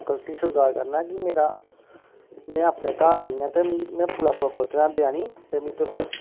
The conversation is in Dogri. गल्ती स्वीकार करना कि मेरा में अपने घर आई गेआं ते मिं पुला कोल खड़ोते दा देआनी ते मिगी तुस